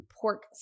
Pork